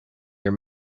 your